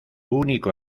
único